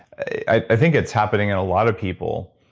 i think it's happening in a lot of people.